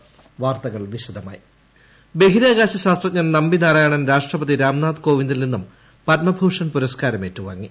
പദ്മ പുരസ്കാരം ബഹിരാകാശ ശാസ്ത്രജ്ഞൻ നമ്പി നാരായണൻ രാഷ്ട്രപതി രാംനാഥ് കോവിന്ദിൽ നിന്നും പദ്മഭൂഷൻ പുരസ്കാരം ഏറ്റുവാങ്ങി